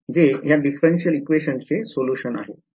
जे ह्या differential equation चे सोल्युशन आहे